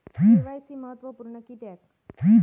KYC महत्त्वपुर्ण किद्याक?